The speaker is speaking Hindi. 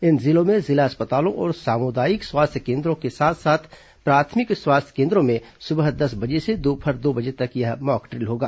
इन जिलों में जिला अस्पतालों और सामुदायिक स्वास्थ्य केन्द्रों के साथ साथ प्राथमिक स्वास्थ्य केन्द्रों में सुबह दस बजे से दोपहर दो बजे तक यह मॉकड्रिल होगा